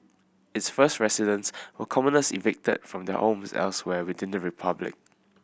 its first residents were commoners evicted from their homes elsewhere within the republic